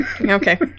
Okay